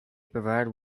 provided